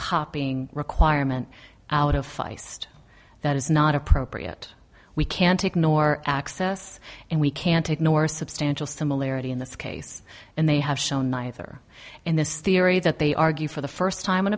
copying requirement out of feist that is not appropriate we can't ignore access and we can't ignore substantial similarity in this case and they have shown neither in this theory that they argue for the first time an